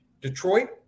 Detroit